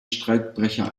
streikbrecher